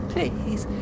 Please